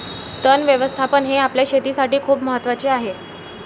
तण व्यवस्थापन हे आपल्या शेतीसाठी खूप महत्वाचे आहे